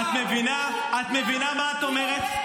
את מבינה מה את אומרת?